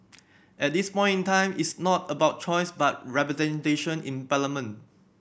at this point in time it's not about choice but representation in parliament